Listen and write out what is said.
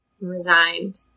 resigned